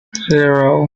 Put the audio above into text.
zero